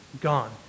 gone